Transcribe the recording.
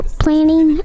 planning